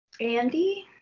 Andy